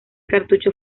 cartucho